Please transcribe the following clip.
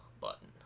button